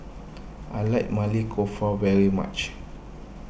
I like Maili Kofta very much